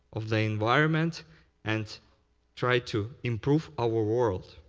of the environment and try to improve our world.